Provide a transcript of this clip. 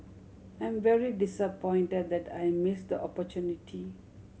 I'm very disappointed that I missed opportunity